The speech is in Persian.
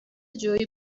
جویی